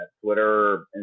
Twitter